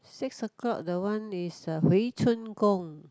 six o'clock the one is a 回春工：hui-chun-gong